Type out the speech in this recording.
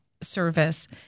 service